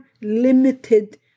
limited